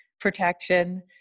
protection